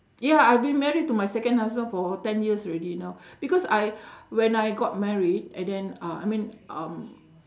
ya I've been married to my second husband for ten years already now because I when I got married and then uh I mean um